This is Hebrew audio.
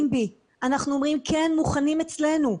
מוכנים אצלנו,